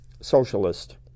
socialist